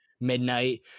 midnight